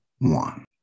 one